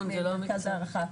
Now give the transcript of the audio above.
המבחן במרכז ההערכה.